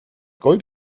gold